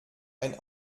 ein